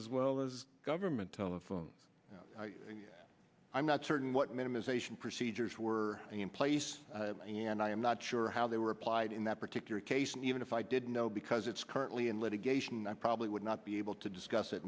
as well as government telephone i'm not certain what minimization procedures were in place and i am not sure how they were applied in that particular case and even if i did know because it's currently in litigation i probably would not be able to discuss it